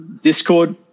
discord